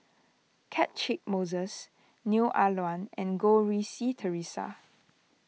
Catchick Moses Neo Ah Luan and Goh Rui Si theresa